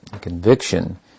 conviction